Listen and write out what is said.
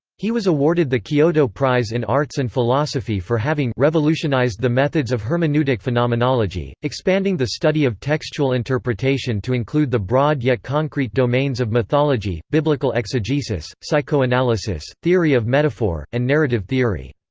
he was awarded the kyoto prize in arts and philosophy for having revolutionized the methods of hermeneutic phenomenology, expanding the study of textual interpretation to include the broad yet concrete domains of mythology, biblical exegesis, psychoanalysis, theory of metaphor, and narrative theory.